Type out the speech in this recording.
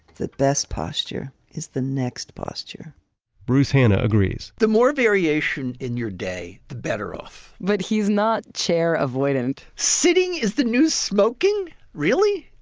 the best posture is the next posture bruce hannah agrees the more variation in your day, the better off but he's not chair avoidant sitting is the new smoking. really?